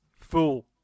Fool